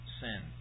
sin